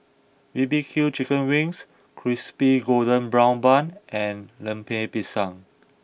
B B Q Chicken Wings Crispy Golden Brown Bun and Lemper Pisang